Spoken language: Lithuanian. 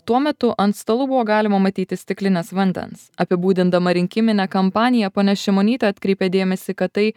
tuo metu ant stalų buvo galima matyti stiklines vandens apibūdindama rinkiminę kampaniją ponia šimonytė atkreipia dėmesį kad tai